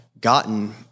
gotten